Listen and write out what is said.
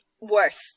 worse